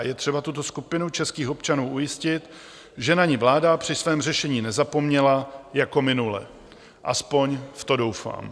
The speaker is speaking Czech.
Je třeba tuto skupinu českých občanů ujistit, že na ni vláda při svém řešení nezapomněla jako minule, aspoň v to doufám.